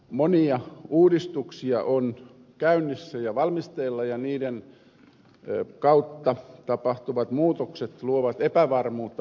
monia uudistuksia on käynnissä ja valmisteilla ja niiden kautta tapahtuvat muutokset luovat epävarmuutta viljelijäväestöön